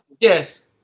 yes